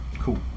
cool